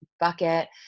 bucket